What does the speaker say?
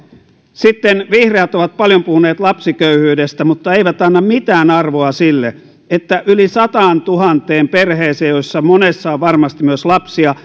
sitten vihreät ovat paljon puhuneet lapsiköyhyydestä mutta eivät anna mitään arvoa sille että yli sataantuhanteen perheeseen joissa monessa on varmasti myös lapsia